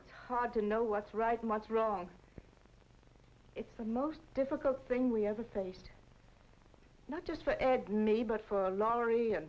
it's hard to know what's right and what's wrong it's the most difficult thing we ever faced not just for ed me but for longer even